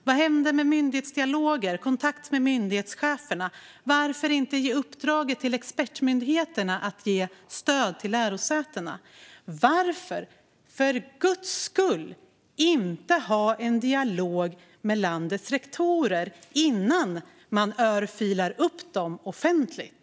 Vad hände med myndighetsdialoger och kontakt med myndighetscheferna? Varför inte ge uppdrag åt expertmyndigheterna att ge stöd till lärosätena? Varför, för guds skull, inte ha en dialog med landets rektorer innan man örfilar upp dem offentligt?